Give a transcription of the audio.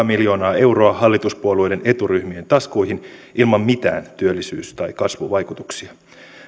miljoonaa euroa hallituspuolueiden eturyhmien taskuihin ilman mitään työllisyys tai kasvuvaikutuksia